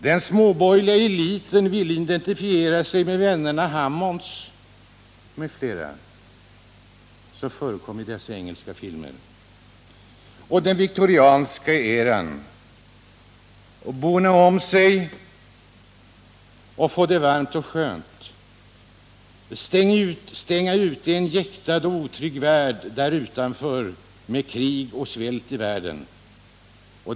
Den småborgerliga eliten ville identifiera sig med Hammonds m.fl. och den viktorianska eran, bona om sig och få det varmt och skönt, stänga ute en jäktad och otrygg värld där utanför med krig och svält.